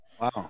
Wow